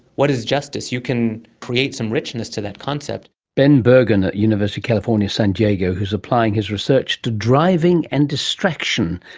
what is justice you can create some richness to that concept. ben bergen at university of california, san diego, who is applying his research to driving and distraction,